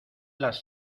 las